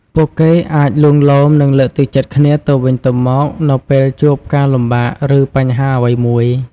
ពួកគេអាចលួងលោម និងលើកទឹកចិត្តគ្នាទៅវិញទៅមកនៅពេលជួបការលំបាក ឬបញ្ហាអ្វីមួយ ។